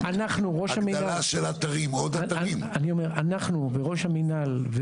אנחנו וראש המינהל,